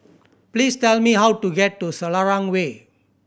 please tell me how to get to Selarang Way